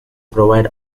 prevent